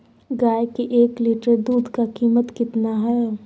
गाय के एक लीटर दूध का कीमत कितना है?